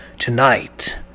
Tonight